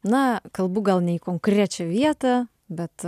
na kalbu gal ne į konkrečią vietą bet